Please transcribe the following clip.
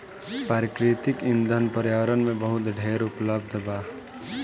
प्राकृतिक ईंधन पर्यावरण में बहुत ढेर उपलब्ध बा